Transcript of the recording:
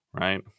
right